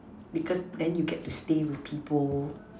because then you get to stay with people